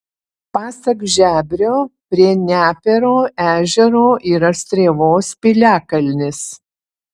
pasak žebrio prie nepėro ežero yra strėvos piliakalnis